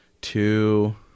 two